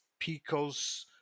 Picos